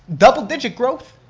double-digit growth.